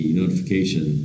notification